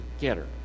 getter